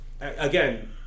again